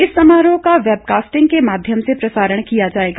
इस समारोह का वैबकास्टिंग के माध्यम से प्रसारण किया जाएगा